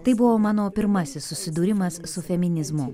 tai buvo mano pirmasis susidūrimas su feminizmu